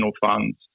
funds